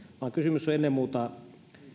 vaan kysymys on ennen muuta